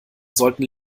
sollten